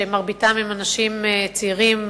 שמרביתם הם אנשים צעירים,